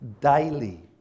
daily